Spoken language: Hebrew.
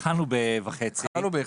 התחלנו באיחור.